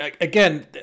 again